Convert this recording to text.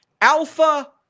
Alpha